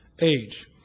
age